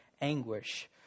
anguish